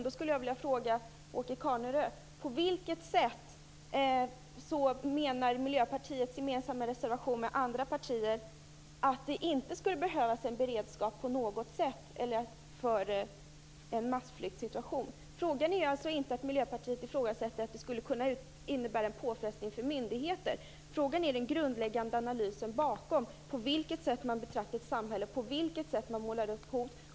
Därför skulle jag vilja fråga Åke Carnerö: På vilket sätt menar man i den reservation som Miljöpartiet har tillsammans med andra partier att det inte skulle behövas en beredskap för en massflyktssituation? Det handlar alltså inte om att Miljöpartiet ifrågasätter att detta skulle kunna innebära en påfrestning för myndigheter. Det handlar om den grundläggande analysen bakom. På vilket sätt betraktar man ett samhälle? På vilket sätt målar man upp hot?